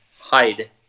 hide